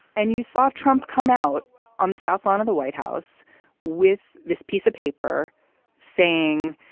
and you saw trump come out on the south lawn of the white house with this piece of paper saying,